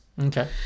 Okay